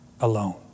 alone